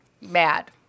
Mad